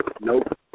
Nope